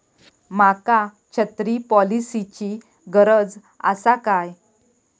माका छत्री पॉलिसिची गरज आसा काय?